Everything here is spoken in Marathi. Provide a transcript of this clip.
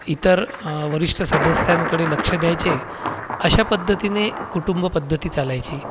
इतर वरिष्ठ सदस्यांकडे लक्ष द्यायचे अशा पद्धतीने कुटुंबपद्धती चालायची